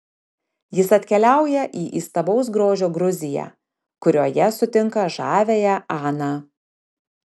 jis atkeliauja į įstabaus grožio gruziją kurioje sutinka žaviąją aną